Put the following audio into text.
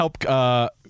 help